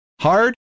hard